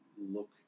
look